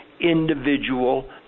individual